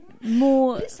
more